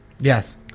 Yes